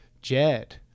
Jed